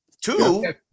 Two